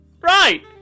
Right